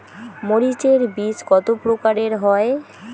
মরিচ এর বীজ কতো প্রকারের হয়?